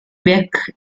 beck